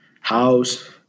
house